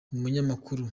umunyamakuru